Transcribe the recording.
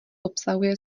obsahuje